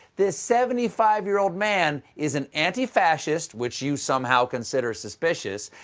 this seventy five year old man is an antifascist, which you somehow consider suspicious.